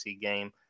game